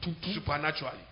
supernaturally